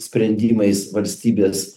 sprendimais valstybės